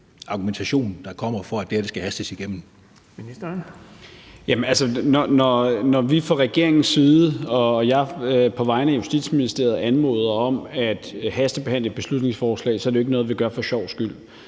Justitsministeren (Peter Hummelgaard): Altså, når vi fra regeringens side og jeg på vegne af Justitsministeriet anmoder om at hastebehandle et beslutningsforslag, er det jo ikke noget, vi gør for sjovs skyld.